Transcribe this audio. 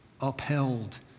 upheld